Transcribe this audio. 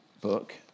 book